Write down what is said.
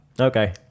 Okay